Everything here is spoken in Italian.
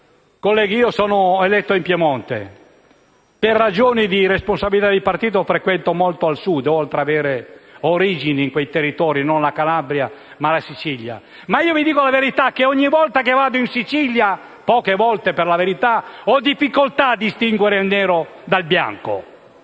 Colleghi, sono stato eletto in Piemonte, ma per ragioni di responsabilità di partito frequento molto il Sud oltre ad avere origini in quei territori. Sto parlando della Sicilia e non della Calabria. Vi dico la verità: ogni volta che vado in Sicilia - poche volte, per la verità - ho difficoltà a distinguere il nero dal bianco.